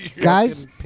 Guys